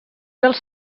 dels